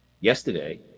yesterday